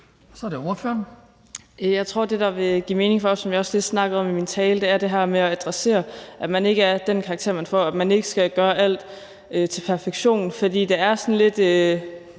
Andresen (LA): Jeg tror, at det, der vil give mening for os, som jeg også lige snakkede om i min tale, er det her med at adressere, at man ikke er den karakter, man får, og at man ikke skal gøre alt til perfektion. For det er sådan lidt